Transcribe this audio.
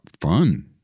fun